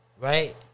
Right